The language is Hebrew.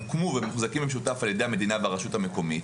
הוקמו ומוחזקים במשותף על ידי המדינה והרשות המקומית,